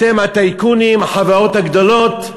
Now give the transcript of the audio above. אתם הטייקונים, החברות הגדולות,